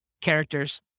characters